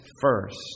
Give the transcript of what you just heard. first